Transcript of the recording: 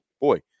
boy